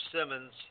Simmons